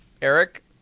Eric